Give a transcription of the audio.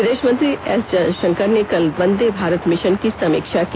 विदेशमंत्री एस जयशंकर ने कल वंदेभारत मिशन की समीक्षा की